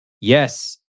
Yes